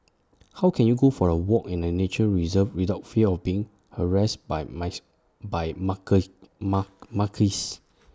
how can you go for A walk in A nature reserve without fear of being harassed by by mark mark